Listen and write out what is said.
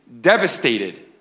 devastated